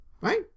Right